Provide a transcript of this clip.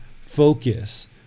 focus